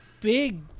big